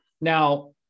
Now